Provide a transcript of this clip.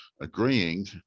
agreeing